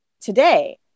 today